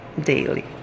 daily